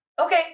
Okay